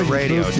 radio